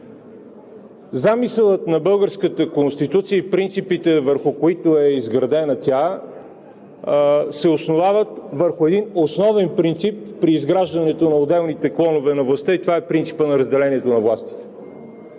Замисълът на българската Конституция и принципите, върху които е изградена тя, се основават върху един основен принцип при изграждането на отделните клонове на властта и това е принципът на разделението на властите.